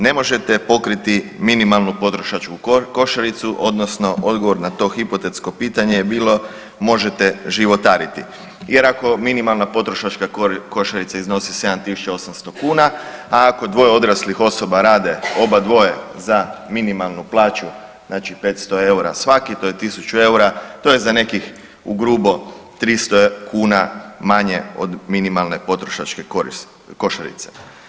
Ne možete pokriti minimalnu potrošačku košaricu odnosno odgovor na to hipotetsko pitanje je bilo možete životariti jer ako minimalna potrošačka košarica iznosi 7.800 kuna, a ako dvoje odraslih osoba rade obadvoje za minimalnu plaću znači 500 eura svaki, to je 1000 eura, to je za nekih ugrubo 300 kuna manje od minimalne potrošačke košarice.